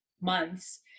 months